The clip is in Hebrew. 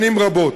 שנים רבות.